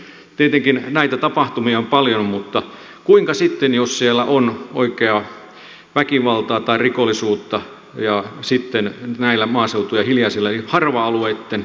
tietenkin näitä tapahtumia on paljon mutta kuinka sitten jos siellä on oikeaa väkivaltaa tai rikollisuutta on näiden maaseutujen hiljaisten harva alueitten turvallisuus etenkin